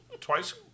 twice